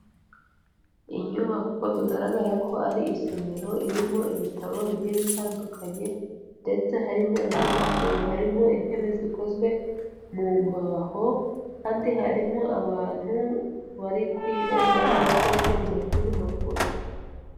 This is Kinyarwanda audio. Inyubako bigaragara ko ari isomero irimo ibitabo bigiye bitandukanye ndetse harimo na mudasobwa, harimo intebe zikozwe mu mbaho kandi harimo abantu bari kwiga bigaragara ko biga mu mashuri makuru.